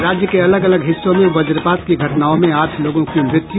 और राज्य के अलग अलग हिस्सों में वजपात की घटनाओं में आठ लोगों की मृत्यु